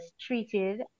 treated